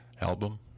album